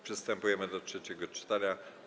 Przystępujemy do trzeciego czytania.